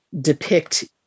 depict